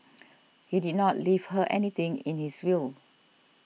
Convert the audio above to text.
he did not leave her anything in his will